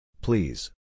Please